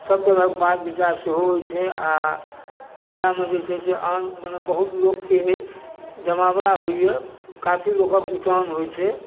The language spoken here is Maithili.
सभ तरहक बात विचार सेहो होइ छै आओर मेलामे जे छै से आन बहुत लोकके जमावड़ा होइए काफी लोकक जुटान होइ छै